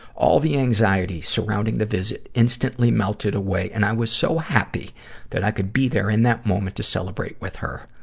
all the anxiety surrounding the visit instantly melted away, and i was so happy that i could be there in that moment to celebrate with her.